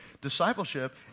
Discipleship